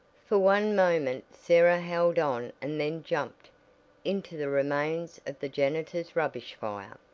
for one moment sarah held on and then jumped into the remains of the janitor's rubbish fire!